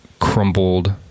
crumbled